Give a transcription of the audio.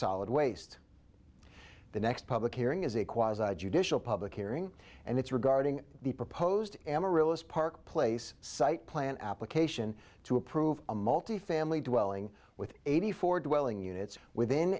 solid waste the next public hearing is a quasi judicial public hearing and its regarding the proposed amaryllis park place site plan application to approve a multifamily dwelling with eighty four dwelling units within